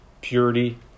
purity